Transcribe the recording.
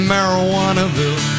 Marijuanaville